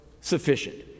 sufficient